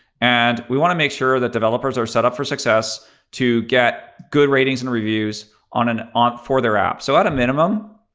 and we want to make sure that developers are set up for success to get good ratings and reviews on an for their app. so at a minimum,